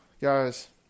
Guys